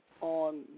on